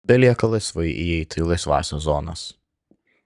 belieka laisvai įeiti į laisvąsias zonas